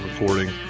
recording